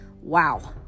wow